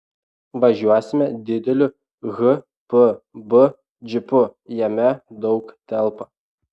važiuosime dideliu hpb džipu jame daug telpa